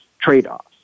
trade-offs